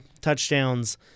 touchdowns